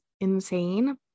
insane